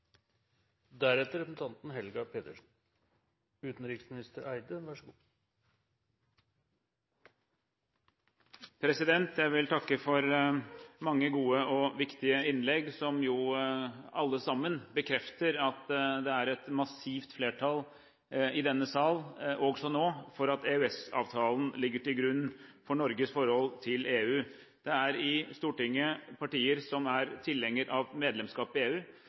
Jeg vil takke for mange gode og viktige innlegg, som jo alle sammen bekrefter at det også nå er et massivt flertall i denne sal for at EØS-avtalen ligger til grunn for Norges forhold til EU. Det er i Stortinget partier som er tilhengere av medlemskap i EU,